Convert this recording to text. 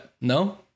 No